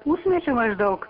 pusmečio maždaug